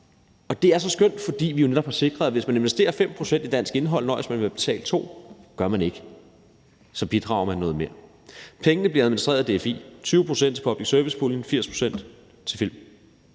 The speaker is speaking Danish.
og det er så skønt, fordi vi jo netop har sikret, at hvis man investerer 5 pct. i dansk indhold, nøjes man med at betale 2 pct. Gør man ikke det, bidrager man med noget mere. Pengene bliver administreret af DFI. 20 pct. går til public service-puljen, 80 pct. til film.